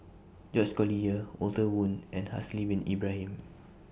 George Collyer Walter Woon and Haslir Bin Ibrahim